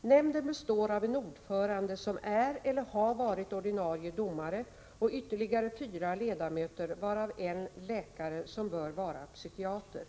Nämnden består av en ordförande, som är eller har varit ordinarie domare, och ytterligare fyra ledamöter, varav en läkare bör vara psykiater.